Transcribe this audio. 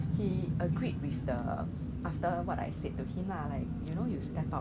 there's only one store which is near my house the rest I don't know where